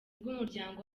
bw’umuryango